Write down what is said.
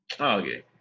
Okay